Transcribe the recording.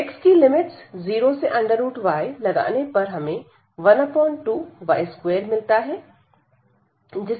x की limits 0 से y लगाने पर हमें 12y2 मिलता है